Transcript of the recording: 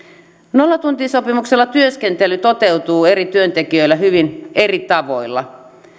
nollatuntisopimuksella työskentely toteutuu eri työntekijöillä hyvin eri tavoilla